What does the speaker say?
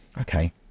Okay